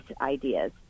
ideas